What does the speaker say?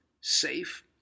safe